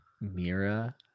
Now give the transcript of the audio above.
Mira